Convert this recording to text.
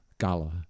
Gala